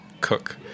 cook